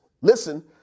listen